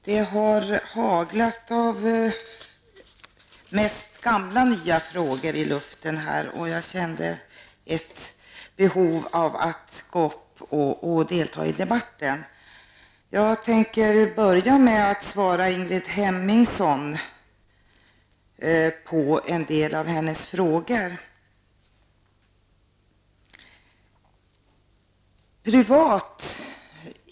Herr talman! Det har mest haglat nygamla frågor, varför jag kände ett behov av att gå upp i debatten. Jag tänker börja med att svara Ingrid Hemmingsson på en del av hennes frågor.